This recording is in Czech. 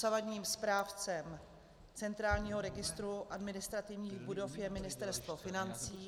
Dosavadním správcem centrálního registru administrativních budov je Ministerstvo financí.